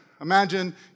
Imagine